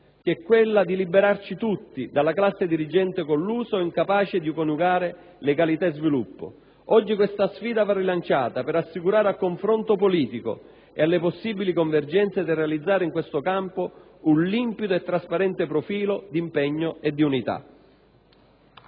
sfida, quella di liberarci tutti della classe dirigente collusa o incapace di coniugare legalità e sviluppo. Oggi questa sfida va rilanciata per assicurare al confronto politico e alle possibili convergenze da realizzare in questo campo un limpido e trasparente profilo di impegno e di unità.